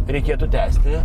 reikėtų tęsti